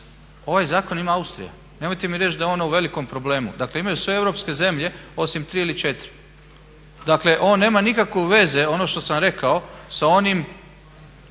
ovaj zakon ima Austrija. Nemojte mi reći da je ona u velikom problemu. Dakle, imaju sve europske zemlje osim tri ili četiri. Dakle, ovo nema nikakve veze ono što sam vam rekao sa onim